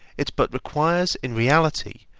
it but requires in reality,